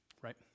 Right